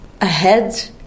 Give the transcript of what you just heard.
ahead